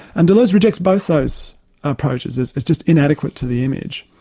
and deleuze rejects both those approaches as as just inadequate to the image.